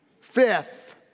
Fifth